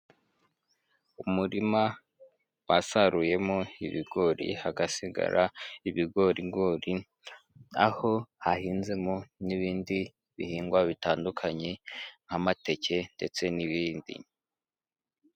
Umurima wasaruyemo ibigori, hagasigaramo ibigorigori, aho hahinzemo n'ibindi bihingwa bitandukanye, nk'amateke ndetse n'ibindi.